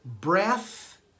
breath